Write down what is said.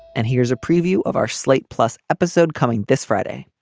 and here's a preview of our slate plus episode coming this friday